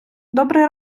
добрий